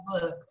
book